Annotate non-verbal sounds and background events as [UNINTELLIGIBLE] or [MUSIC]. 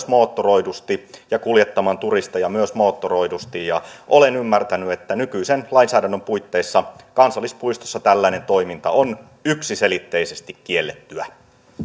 [UNINTELLIGIBLE] moottoroidusti ja kuljettamaan turisteja myös moottoroidusti olen ymmärtänyt että nykyisen lainsäädännön puitteissa kansallispuistossa tällainen toiminta on yksiselitteisesti kiellettyä vielä